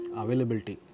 availability